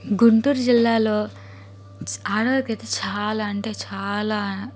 గుంటూరు జిల్లాలో ఆడోళ్ళ గతి చాలా అంటే చాలా